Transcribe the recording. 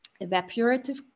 evaporative